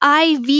IV